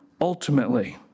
Ultimately